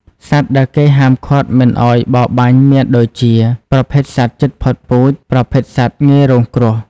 សត្វដែលគេហាមឃាត់មិនឲ្យបរបាញ់មមានដូចជា ប្រភេទសត្វជិតផុតពូជ ប្រភេទសត្វងាយរងគ្រោះ។